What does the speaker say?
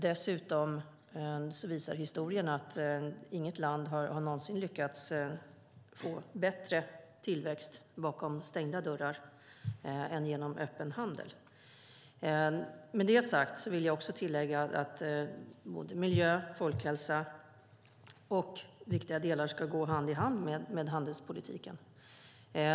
Dessutom visar historien att inget land har någonsin lyckats få bättre tillväxt bakom stängda dörrar än genom öppen handel. Med det sagt till jag tillägga att miljö, folkhälsa och viktiga delar ska gå hand i hand med handelspolitiken.